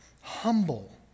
humble